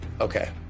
Okay